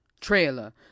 trailer